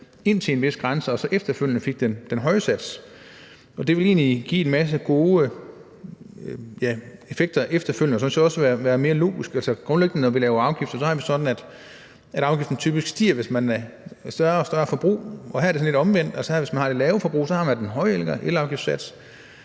indtil en vis grænse og så efterfølgende fik den høje sats. Det ville egentlig give en masse gode effekter efterfølgende og sådan set også være mere logisk. Grundlæggende har vi det jo sådan, når vi laver afgifter, at afgiften typisk stiger med et større og større forbrug. Her er det sådan lidt omvendt. Hvis man har det lave forbrug, har man den høje elvarmeafgiftssats,